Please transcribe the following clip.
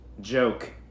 Joke